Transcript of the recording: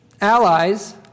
allies